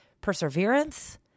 perseverance